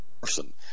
person